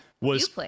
was-